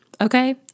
okay